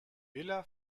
villa